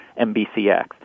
MBCX